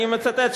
אני מצטט.